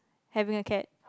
having a cat